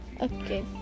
Okay